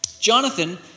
Jonathan